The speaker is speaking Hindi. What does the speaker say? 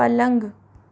पलंग